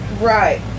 Right